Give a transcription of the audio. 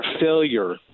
failure